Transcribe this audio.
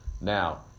Now